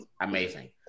amazing